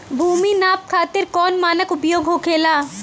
भूमि नाप खातिर कौन मानक उपयोग होखेला?